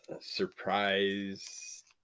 surprise